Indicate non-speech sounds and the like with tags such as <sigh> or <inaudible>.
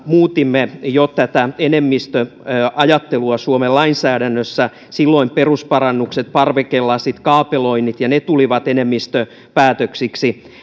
muutimme tätä enemmistöajattelua suomen lainsäädännössä jo kaksituhattayksitoista silloin perusparannukset parvekelasit kaapeloinnit ja nämä tulivat enemmistöpäätöksiksi <unintelligible>